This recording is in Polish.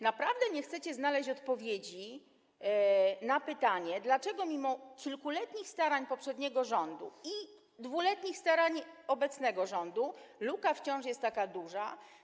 Naprawdę nie chcecie znaleźć odpowiedzi na pytanie, dlaczego mimo kilkuletnich starań poprzedniego rządu i 2-letnich starań obecnego rządu luka wciąż jest taka duża?